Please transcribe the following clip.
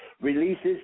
releases